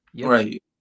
right